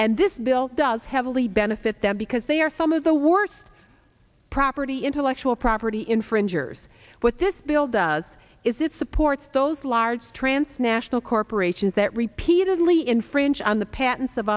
and this bill does heavily benefit them because they are some of the worst property intellectual property infringers what this bill does is it supports those large transnational corporations that repeatedly infringe on the pat